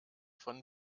von